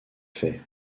fait